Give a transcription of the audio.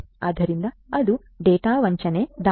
ಆದ್ದರಿಂದ ಅದು ಡೇಟಾ ವಂಚನೆ ದಾಳಿ